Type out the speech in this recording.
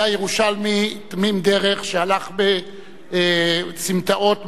היה ירושלמי תמים-דרך שהלך בסמטאות מחנה-יהודה,